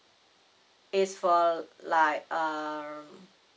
is for like err